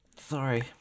sorry